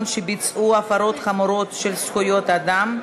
שביצעו הפרות חמורות של זכויות אדם),